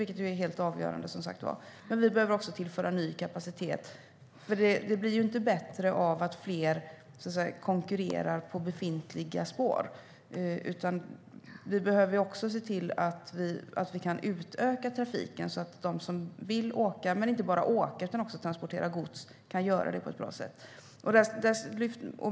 Det är som sagt helt avgörande. Vi behöver också tillföra ny kapacitet. Det blir inte bättre av att fler konkurrerar på befintliga spår, utan vi behöver se till att vi kan utöka trafiken så att de som vill åka eller transportera gods kan göra det på ett bra sätt.